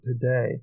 today